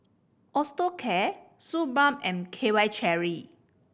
Osteocare Suu Balm and K Y Jelly